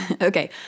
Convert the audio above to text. Okay